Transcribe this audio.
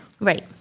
Right